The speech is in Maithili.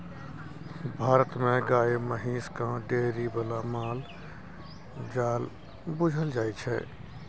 भारत मे गाए महिष केँ डेयरी बला माल जाल बुझल जाइ छै